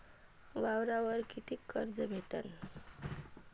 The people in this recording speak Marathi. वावरावर कितीक कर्ज भेटन?